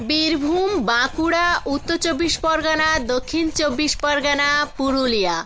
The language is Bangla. বীরভূম বাঁকুড়া উত্তর চব্বিশ পরগনা দক্ষিণ চব্বিশ পরগনা পুরুলিয়া